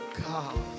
God